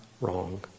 wrong